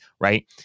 right